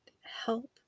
help